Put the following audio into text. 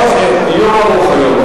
בחברון.